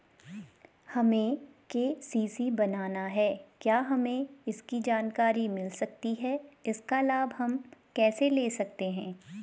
हमें के.सी.सी बनाना है क्या हमें इसकी जानकारी मिल सकती है इसका लाभ हम कैसे ले सकते हैं?